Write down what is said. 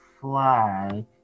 fly